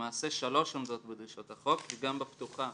למעשה שלוש עומדות בדרישות החוק כי גם בפתוחה,